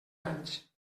anys